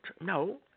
no